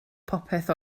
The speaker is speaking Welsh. popeth